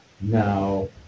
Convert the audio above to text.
Now